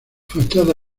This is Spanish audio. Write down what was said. fachada